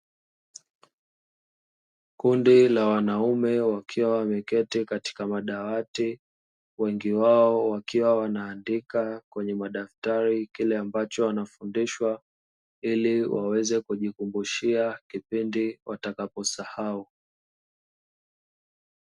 Kundi la wanaume wakia wameketi katika madawati, wengi wao wakia wanaandika kwenye madaktari kile ambacho wanafundesha hili waweze kujikumbushia kipindi wataka posahau.